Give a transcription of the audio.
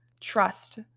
trust